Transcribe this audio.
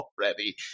already